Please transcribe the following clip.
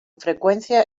frecuencia